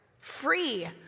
free